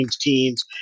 teens